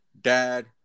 dad